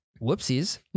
whoopsies